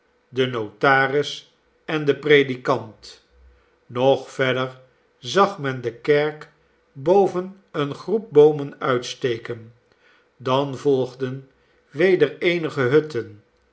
den notaris en den predikant nog verder zag men de kerk boven eene groep boomen uitsteken dan volgden weder eenige hutten